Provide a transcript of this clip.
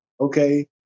okay